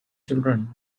children